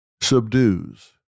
subdues